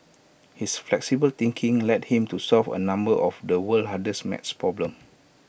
his flexible thinking led him to solve A number of the world's hardest maths problems